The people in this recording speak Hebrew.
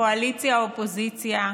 קואליציה או אופוזיציה.